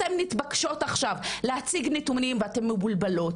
אתן מתבקשות עכשיו להציג נתונים ואתן מבולבלות